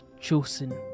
chosen